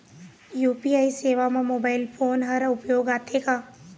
UPI सेवा म mobile phone हर उपयोग आथे का?